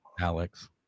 Alex